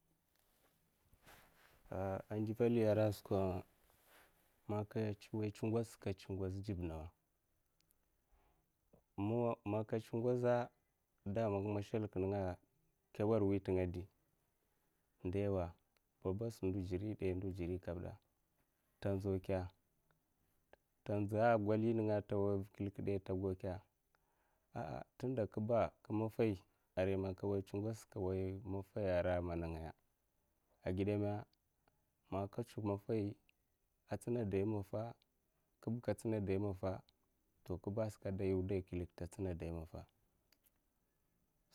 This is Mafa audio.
Ajival yè ara skwa man ka way chi ngoz sa nka chi ngoz jibaki nawa? Man nka chi ngoza daman ma shalik nenga nka nwara wi ntenga de, ndewa baba'sa ndu jiri de, ndu jiri ka bude nta nzau ke? Nta nzawa gol nenga nta nwoy va kilek de nta gau ke? Aa ntun da kuba ka maffai arai man nka nwoy nche ngoz'sa ka nway mafai ara mana ngaya agide ma, man nka ncho maffai ka ntsina dayi maffa kub ka ntsina dayi maffa to kabasa nka da nyo wudai kilek ba nta ntsina dayi maffa,